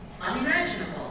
unimaginable